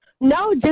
No